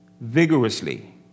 vigorously